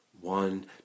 One